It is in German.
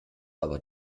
aber